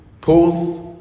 pause